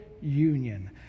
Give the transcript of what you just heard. union